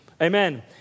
Amen